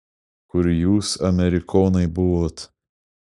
kur jūs amerikonai buvot